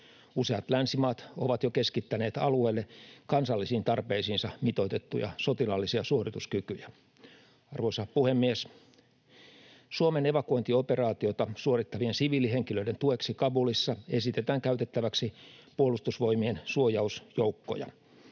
Useat länsimaat ovat jo keskittäneet alueelle kansallisiin tarpeisiinsa mitoitettuja sotilaallisia suorituskykyjä. Arvoisa puhemies! Suomen evakuointioperaatiota suorittavien siviilihenkilöiden tueksi Kabulissa esitetään käytettäväksi Puolustusvoimien suojausjoukkoja.